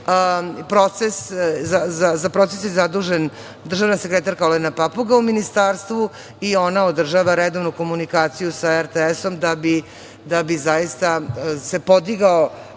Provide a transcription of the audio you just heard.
Za proces je zadužen državna sekretarka Olena Papuga u Ministarstvu i ona održava redovnu komunikaciju sa RTS da bi zaista se podigao